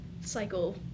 cycle